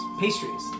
pastries